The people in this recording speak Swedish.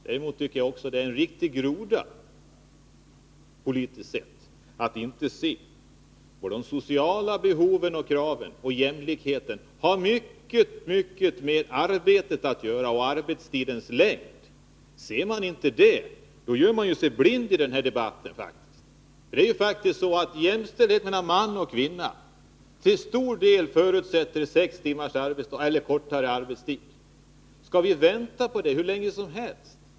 Däremot tycker jag också att det är en riktig groda, politiskt sett, att inte se på de sociala behoven och kraven. Jämlikheten har mycket, mycket att göra med arbetet och arbetstidens längd. Ser man inte det, då gör man sig ju blind i den här debatten. Det är faktiskt så, att jämställdheten mellan man och kvinna till stor del förutsätter kortare arbetstid. Skall vi vänta på detta hur länge som helst?